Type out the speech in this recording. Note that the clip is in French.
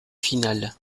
finale